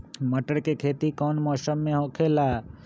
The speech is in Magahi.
मटर के खेती कौन मौसम में होखेला?